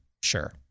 Sure